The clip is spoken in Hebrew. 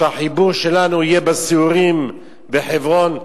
שהחיבור שלנו יהיה בסיורים בחברון,